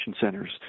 centers